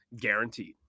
guaranteed